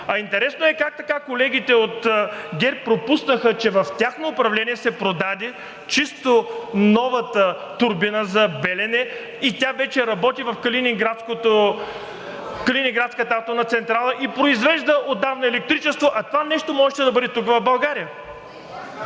Интересно е как така колегите от ГЕРБ пропуснаха, че в тяхно управление се продаде чисто новата турбина за „Белене“ и тя вече работи в Калининградската атомна централа и произвежда отдавна електричество, а това нещо можеше да бъде тук в България.